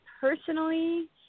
personally –